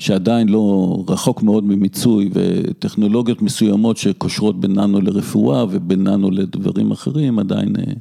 שעדיין לא רחוק מאוד ממיצוי וטכנולוגיות מסוימות שקושרות ביננו לרפואה וביננו לדברים אחרים עדיין...